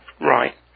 Right